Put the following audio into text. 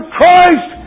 Christ